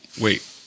Wait